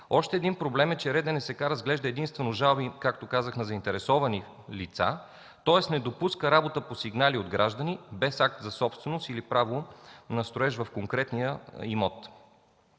Още един проблем е, че РДНСК разглежда единствено жалби, както казах, на заинтересовани лица, тоест, не допуска работа по сигнали от граждани без акт за собственост или право на строеж в конкретния имот.